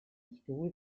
stuhl